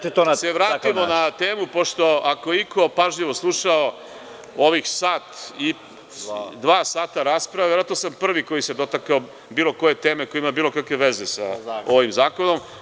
Ja vas molim da se vratimo na temu, pošto ako je iko pažljivo slušao ova dva sata rasprave, verovatno sam prvi koji se dotakao bilo koje teme koja ima bilo kakve veze sa ovim zakonom.